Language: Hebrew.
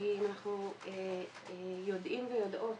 כי אנחנו יודעים ויודעות